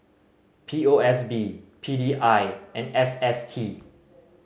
P O S B P D I and S S T